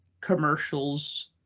commercials